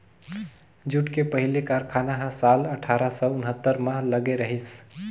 jute के पहिली कारखाना ह साल अठारा सौ उन्हत्तर म लगे रहिस